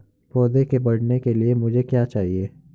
पौधे के बढ़ने के लिए मुझे क्या चाहिए?